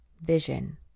vision